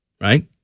Right